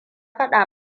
faɗa